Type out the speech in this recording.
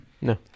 No